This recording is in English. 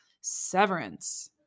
Severance